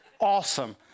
awesome